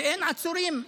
ואין עצורים.